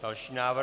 Další návrh?